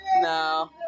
No